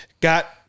got